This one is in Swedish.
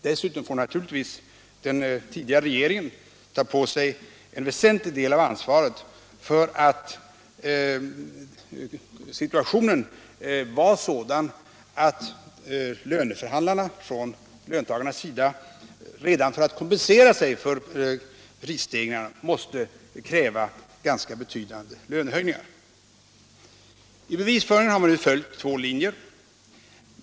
Dessutom får den tidigare regeringen ta på sig en väsentlig del av ansvaret för att situationen var sådan att löntagarsidans förhandlare redan för att kompensera sig för prisstegringarna måste kräva ganska betydande lönehöjningar. I bevisföringen har man följt två linjer.